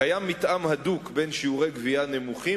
קיים מתאם הדוק בין שיעורי גבייה נמוכים